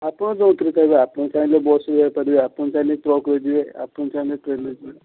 ଆପଣ ଯୋଉଥିରେ ଚାହିଁବେ ଆପଣ ଚାହିଁଲେ ବସ୍ରେ ଯାଇପାରିବେ ଆପଣ ଚାହିଁଲେ ଟ୍ରକ୍ ରେ ଯିବେ ଆପଣ ଚାହିଁଲେ ଟ୍ରେନ୍ରେ ଯିବେ